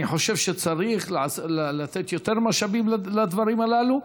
אני חושב שצריך לתת יותר משאבים לדברים הללו,